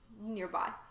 nearby